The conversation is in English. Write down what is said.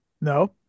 no